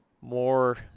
more